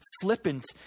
flippant